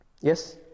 Yes